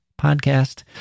podcast